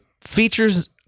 features